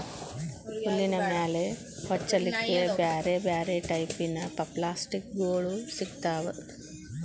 ಹುಲ್ಲಿನ ಮೇಲೆ ಹೊಚ್ಚಲಿಕ್ಕೆ ಬ್ಯಾರ್ ಬ್ಯಾರೆ ಟೈಪಿನ ಪಪ್ಲಾಸ್ಟಿಕ್ ಗೋಳು ಸಿಗ್ತಾವ